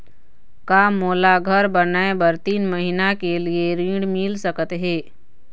का मोला घर बनाए बर तीन महीना के लिए ऋण मिल सकत हे?